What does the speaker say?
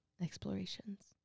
explorations